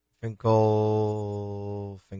Finkel